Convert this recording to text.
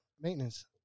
Maintenance